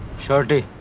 shorty,